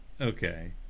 Okay